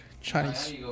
Chinese